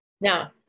Now